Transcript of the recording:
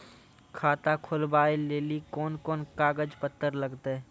खाता खोलबाबय लेली कोंन कोंन कागज पत्तर लगतै?